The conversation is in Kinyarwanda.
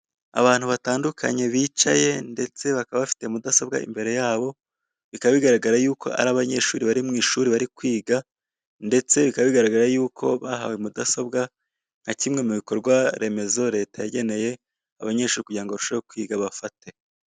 Abantu batandukanye bicaye ndetse bakaba bafite mudasobwa imbere yabo, bikaba bigaragara yuko ari abanyeshuri bari mu ishuri bari kwiga, ndetse bikaba bigaragara yuko bahawe mudasobwa nka kimwe mu bikorwaremezo leta yageneye abanyeshuri ngo bafate.